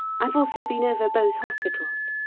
i've also been over both hospitals.